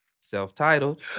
self-titled